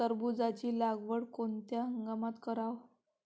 टरबूजाची लागवड कोनत्या हंगामात कराव?